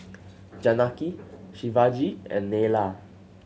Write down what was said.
Janaki Shivaji and Neila